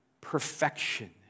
perfection